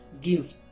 give